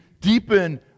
deepen